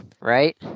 right